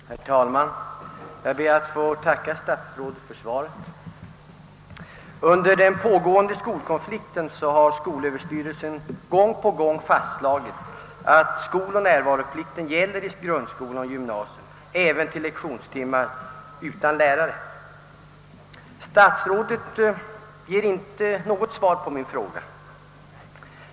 Herr talman! Jag ber att få tacka statsrådet för svaret. Under den pågående skolkonflikten har skolöverstyrelsen gång på gång fastslagit, att skoloch närvaroplikten gäller i grundskola och gymnasium även till lektionstimmar utan lärare. Statsrådet ger inte något svar på min fråga.